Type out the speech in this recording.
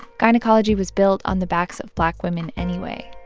gynecology was built on the backs of black women anyway